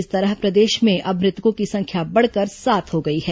इस तरह प्रदेश में अब मृतकों की संख्या बढ़कर सात हो गई है